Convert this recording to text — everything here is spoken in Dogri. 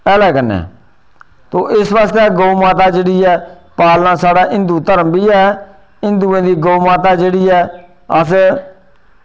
हैले कन्नै तो इस आस्तै गौ माता जेह्ड़ी ऐ पालना साढ़ा हिंदू धर्म बी ऐ हिंदुएं दी गौ माता जेह्ड़ी ऐ अस